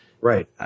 Right